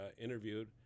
interviewed